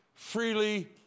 Freely